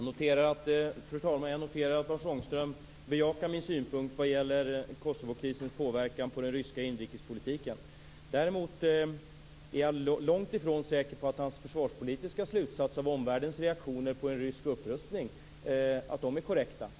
Fru talman! Jag noterar att Lars Ångström bejakar min synpunkt vad gäller Kosovokrisens påverkan på den ryska inrikespolitiken. Däremot är jag långt ifrån säker på att hans försvarspolitiska slutsats av omvärldens reaktioner på en rysk upprustning är korrekt.